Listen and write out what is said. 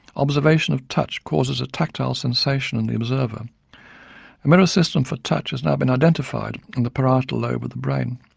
observation of touch causes a tactile sensation in the observer. a mirror system for touch has now been identified in the parietal lobe of the brain.